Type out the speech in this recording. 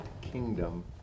kingdom